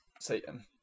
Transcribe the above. Satan